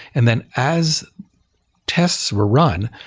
and then as tests were run,